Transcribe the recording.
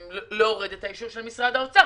להוריד את האישור של משרד האוצר.